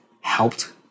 helped